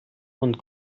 und